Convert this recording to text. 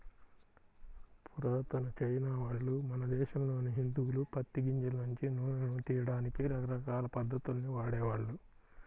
పురాతన చైనావాళ్ళు, మన దేశంలోని హిందువులు పత్తి గింజల నుంచి నూనెను తియ్యడానికి రకరకాల పద్ధతుల్ని వాడేవాళ్ళు